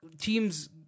teams